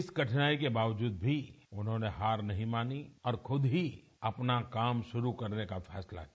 इस कठिनाई के बावजूद भी उन्होंने हार नहीं मानी और खुद ही अपना काम शुरू करने का फैसला किया